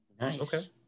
Nice